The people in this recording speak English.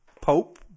Pope